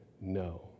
no